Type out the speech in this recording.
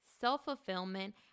self-fulfillment